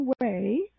away